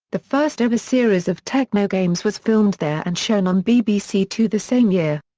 the first ever series of techno games was filmed there and shown on bbc two the same year.